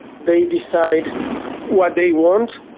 they decide what they want,